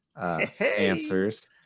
answers